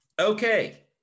Okay